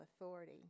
authority